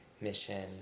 mission